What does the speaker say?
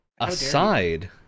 aside